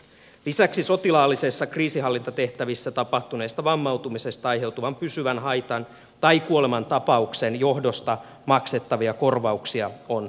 lisäksi sotilaallisessa kriisinhallintatehtävässä tapahtuneesta vammautumisesta aiheutuneen pysyvän haitan tai kuolemantapauksen johdosta maksettavia korvauksia on tarkistettu